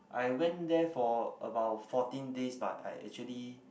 I went there for about fourteen days but I actually